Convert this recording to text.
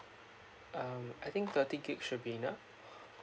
um I think thirty gig should be enough